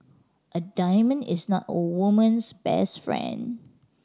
a diamond is not a woman's best friend